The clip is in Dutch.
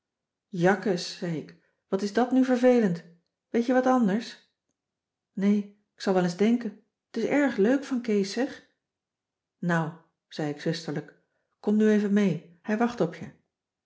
jakkes zei ik wat is dat nu vervelend weet je wat anders nee k zal wel eens denken t is erg leuk van kees zeg nou zei ik zusterlijk kom nu even mee hij wacht op je